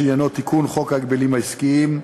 שעניינו תיקון חוק ההגבלים העסקיים,